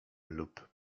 lub